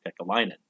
Kekalainen